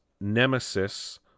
Nemesis